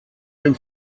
dem